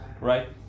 right